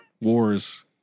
Wars